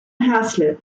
haslett